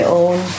own